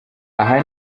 aha